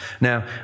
Now